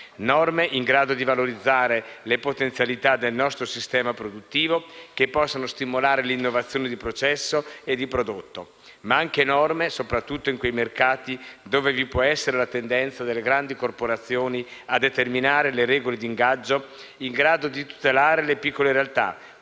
norme in grado di valorizzare le potenzialità del nostro sistema produttivo, che possano stimolare l'innovazione di processo e di prodotto, ma anche norme, soprattutto in quei mercati dove vi può essere la tendenza delle grandi corporazioni a determinare le regole d'ingaggio, in grado di tutelare le piccole realtà,